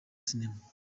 sinema